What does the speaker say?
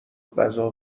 غذا